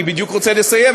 אני בדיוק רוצה לסיים,